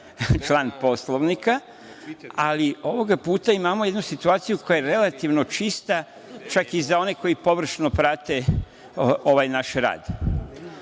član Poslovnika, ali ovoga puta imamo jednu situaciju koja je relativno čista, čak i za one koji površno prate ovaj naš rad.